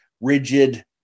rigid